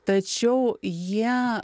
tačiau jie